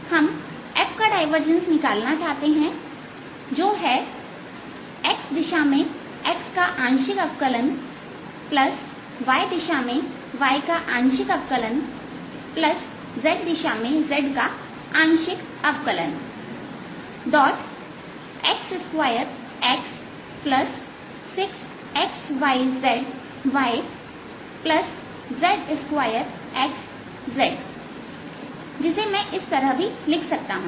हम f का divergence निकालना चाहते हैं जो है x दिशा में x का आंशिक अवकलन y दिशा में y का आंशिक अवकलन z दिशा में z का आंशिक अवकलन x2x6xyz yz2x z जिसे मैं इस तरह भी लिख सकता हूं